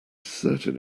certain